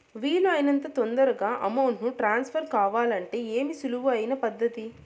వీలు అయినంత తొందరగా అమౌంట్ ను ట్రాన్స్ఫర్ కావాలంటే ఏది సులువు అయిన పద్దతి